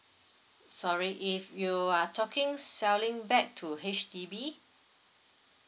sorry if you uh talking selling back to H_D_B